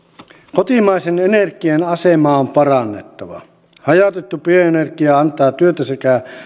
kotimaisen energian asemaa on parannettava hajautettu pienenergia antaa työtä sekä